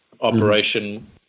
operation